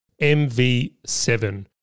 MV7